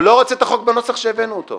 הוא לא רוצה את החוק בנוסח שהבאנו אותו,